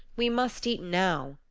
we must eat now,